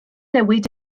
newid